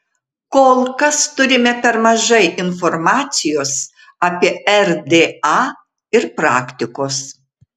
kol kas turime per mažai informacijos apie rda ir praktikos